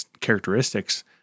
characteristics